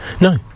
No